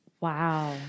Wow